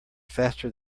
faster